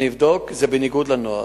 אני אבדוק, זה בניגוד לנוהל.